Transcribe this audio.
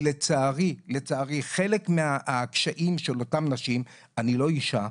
חכי לצערי חלק מהקשיים של אותן הנשים ואני לא אישה,